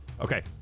Okay